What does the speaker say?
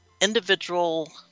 individual